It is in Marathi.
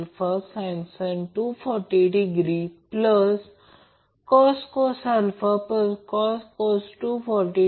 आणि मग्निट्यूडनुसार हा फेज करंट आहे